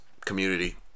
community